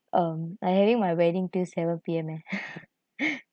um I having my wedding till seven P_M eh